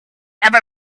ever